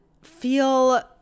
feel